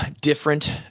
different